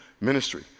ministry